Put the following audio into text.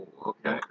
Okay